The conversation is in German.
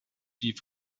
die